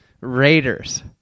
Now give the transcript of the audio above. Raiders